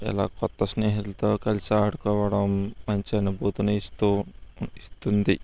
ఇలా కొత్త స్నేహితులతో కలిసి ఆడుకోవడం మంచి అనుభూతినిస్తూ ఇస్తుంది